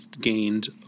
gained